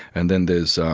and then there's